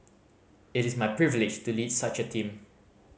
it is my privilege to lead such a team